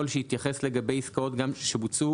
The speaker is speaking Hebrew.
יכול שיתייחס לגבי גם לגבי עסקאות שבוצעו